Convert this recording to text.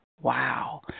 Wow